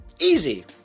Easy